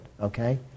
okay